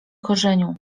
korzeniu